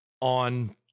on